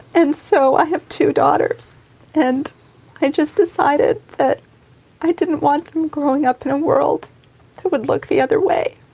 and so i have two daughters and i just decided that i didn't want them growing up and world, that would look the other way,